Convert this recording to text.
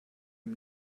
ihm